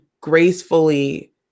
gracefully